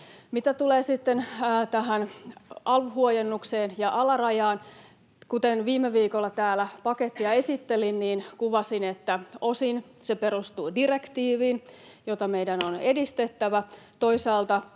Mitä tulee sitten alv-huojennukseen ja -alarajaan, kuten viime viikolla täällä pakettia esittelin, kuvasin, että osin se perustuu direktiiviin, jota meidän on edistettävä.